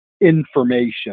information